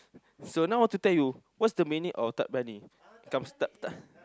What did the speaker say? so now want to tell you what's the meaning of tak berani come start start